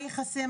מה יכסה,